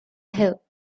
hill